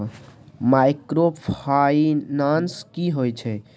Microfinance की होय छै?